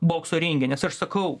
bokso ringe nes aš sakau